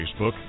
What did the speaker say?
Facebook